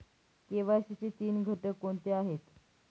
KYC चे तीन घटक कोणते आहेत?